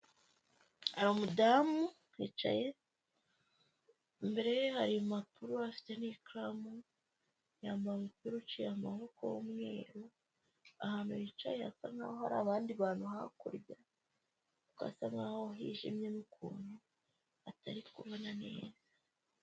Hari umudamu yicaye imbere ye hari yo impapuros ni ikaramu ya mpi uciye amabokomweru ahantu hicaye hasa nkaho hari abandi bantu hakurya twasa nkaho hijimye mukuntu hatari kubona mo neza.